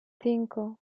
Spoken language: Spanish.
cinco